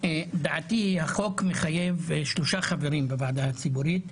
החוק מחייב שלושה חברים בוועדה הציבורית.